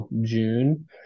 june